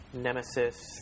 Nemesis